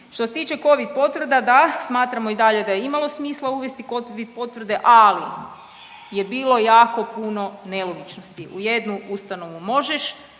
Što se tiče Covid potvrda, da, smatramo i dalje je imalo smisla uvesti Covid potvrde, ali je bilo jako puno nelogičnosti. U jednu ustanovu možeš,